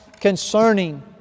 concerning